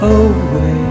away